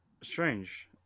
strange